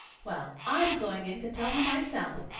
well, i'm going in to tell her myself,